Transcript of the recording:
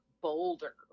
bolder